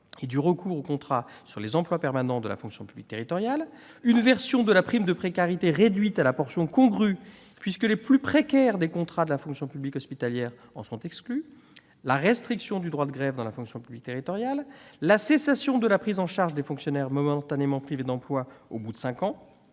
et du recours au contrat sur les emplois permanents de la fonction publique territoriale ; une version de la prime de précarité réduite à la portion congrue, puisque les plus précaires des contrats de la fonction publique hospitalière en sont exclus ; la restriction du droit de grève dans la fonction publique territoriale ; la cessation de la prise en charge des fonctionnaires momentanément privés d'emploi au bout de cinq ans